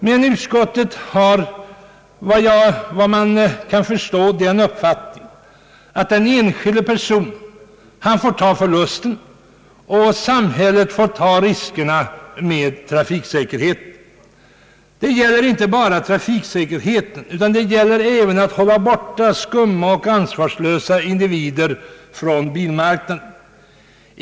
Men utskottet anser, vad jag kan förstå, att den enskilde personen bör ta förlusten och att samhället bör ta riskerna ur trafiksäkerhetssynpunkt. Det gäller här inte bara trafiksäkerheten, utan det gäller även att hålla borta skumma och ansvarslösa individer från bilmarknaden.